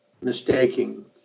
mistaking